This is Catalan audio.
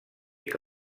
que